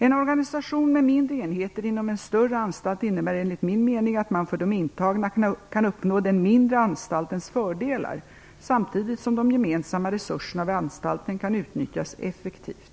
En organisation med mindre enheter inom en större anstalt innebär enligt min mening att man för de intagna kan uppnå den mindre anstaltens fördelar, samtidigt som de gemensamma resurserna vid anstalten kan utnyttjas effektivt.